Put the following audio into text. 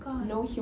gosh